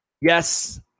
Yes